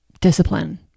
discipline